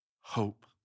hope